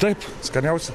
taip skaniausia